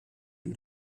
die